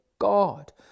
God